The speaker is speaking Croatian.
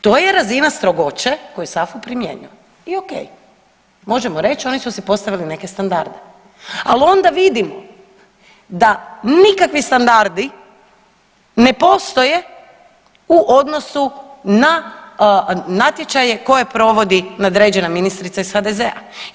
To je razina strogoće koju SAFU primjenjuje i o.k. Možemo reći oni su si postavili neke standarde, ali onda vidimo da nikakvi standardi ne postoje u odnosu na natječaje koje provodi nadređena ministrica iz HDZ-a.